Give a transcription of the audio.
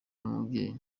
n’umubyeyi